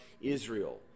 Israel